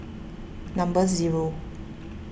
number zero